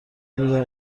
میدم